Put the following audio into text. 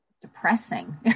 depressing